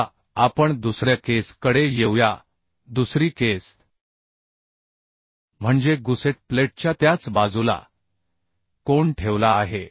आता आपण दुसऱ्या केस कडे येऊया दुसरी केस म्हणजे गुसेट प्लेटच्या त्याच बाजूला कोन ठेवला आहे